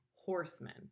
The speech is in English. horsemen